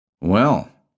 Well